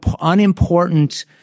unimportant